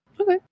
Okay